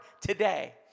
today